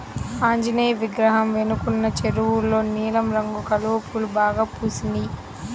ఆంజనేయ విగ్రహం వెనకున్న చెరువులో నీలం రంగు కలువ పూలు బాగా పూసినియ్